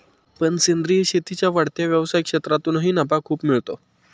पण सेंद्रीय शेतीच्या वाढत्या व्यवसाय क्षेत्रातूनही नफा खूप मिळतो